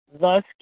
Thus